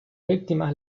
víctimas